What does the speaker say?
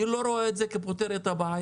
אני לא רואה את זה כפותר את הבעיה.